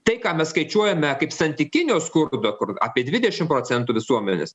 tai ką mes skaičiuojame kaip santykinio skurdo kur apie dvidešim procentų visuomenės